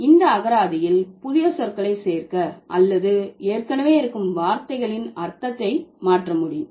இது அகராதியில் புதிய சொற்களை சேர்க்க அல்லது ஏற்கனவே இருக்கும் வார்த்தைகளின் அர்த்தத்தை மாற்ற முடியும்